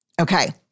Okay